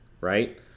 right